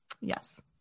yes